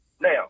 Now